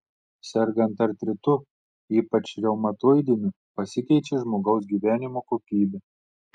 sergant artritu ypač reumatoidiniu pasikeičia žmogaus gyvenimo kokybė